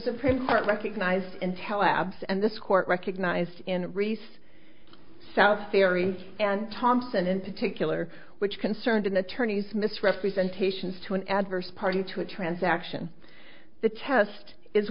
supreme court recognized intel abs and this court recognized in recess south ferry and thomson in particular which concerned an attorney's misrepresentations to an adverse party to a transaction the test is